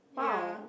ya